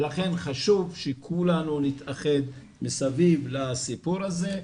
לכן חשוב שכולנו נתאחד סביב הסיפור הזה,